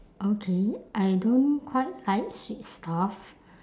okay I don't quite like sweet stuff